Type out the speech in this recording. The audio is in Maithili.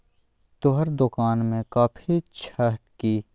तोहर दोकान मे कॉफी छह कि?